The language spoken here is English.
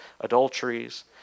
adulteries